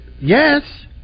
Yes